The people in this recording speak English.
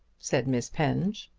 said miss penge.